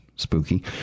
Spooky